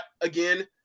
again